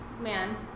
man